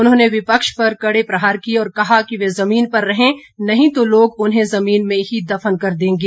उन्होंने विपक्ष पर कड़े प्रहार किए और कहा कि वे जमीन पर रहें नहीं तो लोग उन्हें जमीन में ही दफन कर देंगे